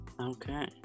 Okay